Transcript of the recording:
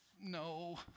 No